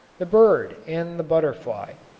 the bird and the butterfly.